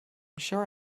sure